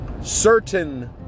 certain